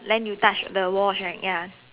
then you touch the walls right ya